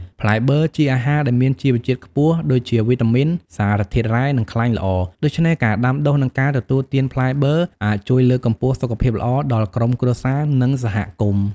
ផ្លែបឺរជាអាហារដែលមានជីវជាតិខ្ពស់ ដូចជាវីតាមីន សារធាតុរ៉ែ និងខ្លាញ់ល្អ ដូច្នេះការដាំដុះ និងការទទួលទានផ្លែបឺរអាចជួយលើកកម្ពស់សុខភាពល្អដល់ក្រុមគ្រួសារ និងសហគមន៍។